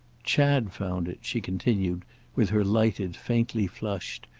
chad found it, she continued with her lighted, faintly flushed,